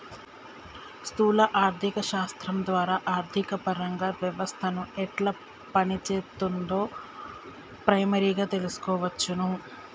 స్థూల ఆర్థిక శాస్త్రం ద్వారా ఆర్థికపరంగా వ్యవస్థను ఎట్లా పనిచేత్తుందో ప్రైమరీగా తెల్సుకోవచ్చును